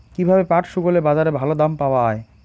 কীভাবে পাট শুকোলে বাজারে ভালো দাম পাওয়া য়ায়?